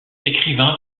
écrivain